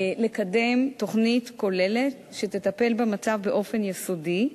לקדם תוכנית כוללת שתטפל במצב באופן יסודי,